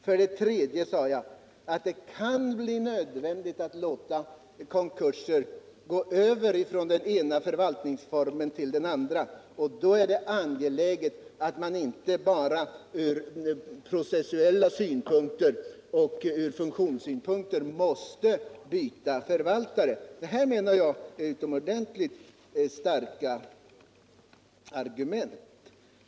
För det tredje sade jag att det kan bli nödvändigt att låta konkurser föras över från den ena förvaltningsformen till den andra, och då är det angeläget att man inte blir tvingad att byta förvaltare. Detta är, menar jag, utomordentligt starka argument.